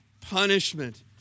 punishment